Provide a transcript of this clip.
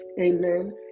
Amen